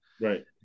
Right